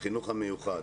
החינוך המיוחד.